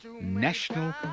national